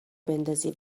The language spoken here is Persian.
بندازی